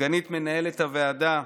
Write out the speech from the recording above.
סגנית מנהלת הוועדה,